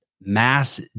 mass